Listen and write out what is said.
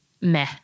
meh